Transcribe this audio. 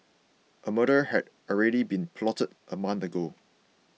a murder had already been plotted a month ago